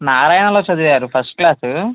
నారాయణలో చదివారు first class